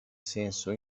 senso